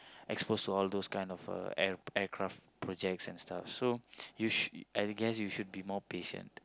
expose to all those kind of uh air~ aircraft projects and stuff so you sh~ I guess you should be more patient